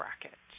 bracket